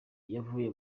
yavuye